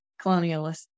colonialists